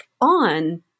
on